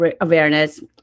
awareness